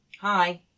Hi